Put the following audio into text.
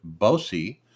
Bosi